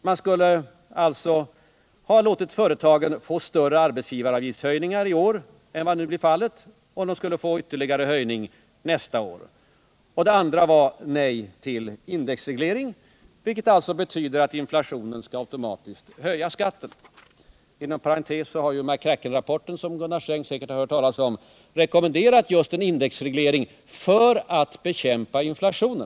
Man skulle alltså ha låtit företagen få större arbetsgivaravgiftshöjningar i år än som nu blir fallet och företagen skulle få ytterligare höjningar nästa år. Vidare skulle man säga nej till indexreglering, vilket betyder att inflationen automatiskt kommer att höja skatten. Inom parentes sagt rekommenderar McCrackenrapporten, som Gunnar Sträng säkert känner till, just indexreglering för att bekämpa inflationen.